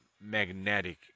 magnetic